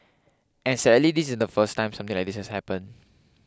and sadly this isn't the first time something like this has happened